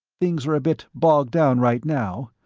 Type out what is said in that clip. things are a bit bogged down right now,